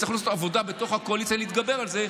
תצטרכו לעשות עבודה בתוך הקואליציה להתגבר על זה,